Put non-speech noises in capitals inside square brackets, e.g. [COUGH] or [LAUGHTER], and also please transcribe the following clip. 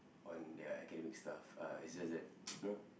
on their academic stuff uh it's just that [NOISE] you know